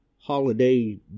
holiday